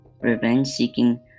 revenge-seeking